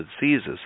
diseases